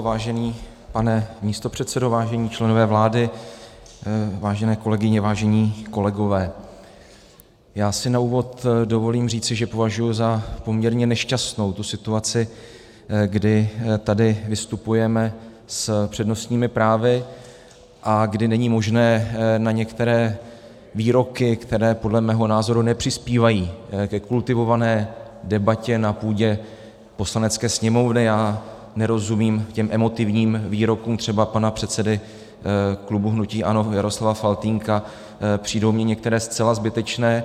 Vážený pane místopředsedo, vážení členové vlády, vážené kolegyně, vážení kolegové, já si na úvod dovolím říci, že považuji za poměrně nešťastnou situaci, kdy tady vystupujeme s přednostními právy a kdy není možné na některé výroky, které podle mého názoru nepřispívají ke kultivované debatě na půdě Poslanecké sněmovny a nerozumím těm emotivním výrokům třeba předsedy klubu hnutí ANO pana Jaroslava Faltýnka, přijdou mi některé zcela zbytečné.